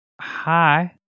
hi